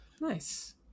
Nice